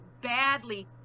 badly